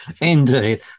indeed